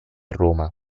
roma